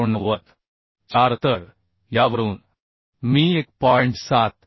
4 तर यावरून मी 1